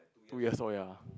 two years old ya